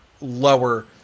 lower